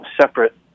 separate